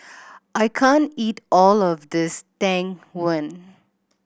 I can't eat all of this Tang Yuen